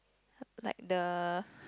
like the